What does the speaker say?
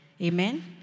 Amen